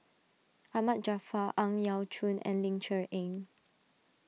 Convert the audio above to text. Ahmad Jaafar Ang Yau Choon and Ling Cher Eng